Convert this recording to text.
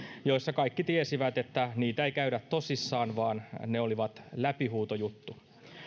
joissa kaikki tiesivät että niitä ei käydä tosissaan vaan ne olivat läpihuutojuttu